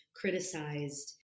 criticized